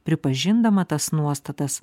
pripažindama tas nuostatas